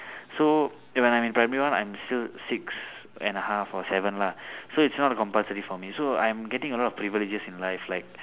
so when I'm in primary one I'm still six and a half or seven lah so it's not compulsory for me so I'm getting a lot of privileges in life like